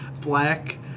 black